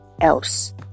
else